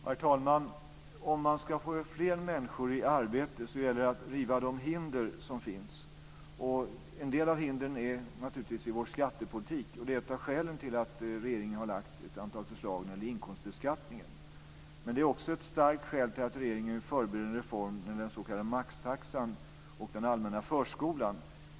Herr talman! Om man ska få fler människor i arbete gäller det att riva de hinder som finns. En del av hindren finns naturligtvis i vår skattepolitik, och det är ett av skälen till att regeringen har lagt fram ett antal förslag när det gäller inkomstbeskattningen. Det är också ett starkt skäl till att regeringen förbereder en reform när det gäller den s.k. maxtaxan och den allmänna förskolan.